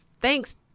Thanks